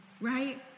right